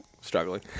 struggling